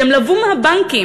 שהם לוו מהבנקים,